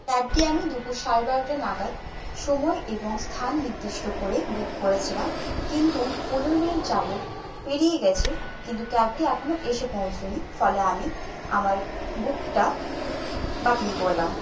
ক্যাবটি আমি দুপুর সাড়ে বারোটা নাগাদ সময় এবং স্থান নির্দিষ্ট করে বুক করেছিলাম কিন্তু পনেরো মিনিট যাবৎ পেরিয়ে গেছে কিন্তু ক্যাবটি এখনও এসে পৌঁছায়নি ফলে আমি আমার বুকটা বাতিল করলাম